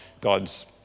God's